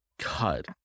God